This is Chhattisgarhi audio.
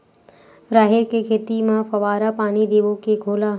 राहेर के खेती म फवारा पानी देबो के घोला?